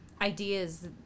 ideas